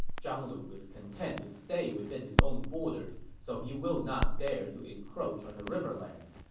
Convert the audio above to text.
zhang lu is content to stay within his own borders, so he will not dare to encroach on the riverlands.